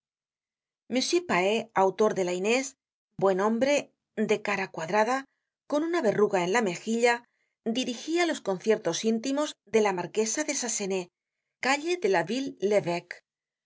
calles m pafirautor de la inés buen hombre de cara cuadrada con una berruga en la mejilla dirigía los conciertos íntimos de la marquesa de sassenaye calle de la